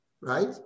Right